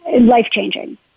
life-changing